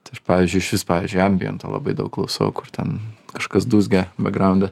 tai aš pavyzdžiui išvis pavyzdžiui ambientą labai daug klausau kur ten kažkas dūzgia bekgraunde